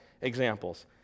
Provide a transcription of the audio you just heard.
examples